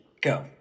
Go